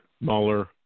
Mueller